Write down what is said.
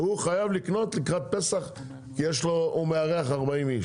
הוא חייב לקנות לקראת פסח כי הוא מארח 40 איש,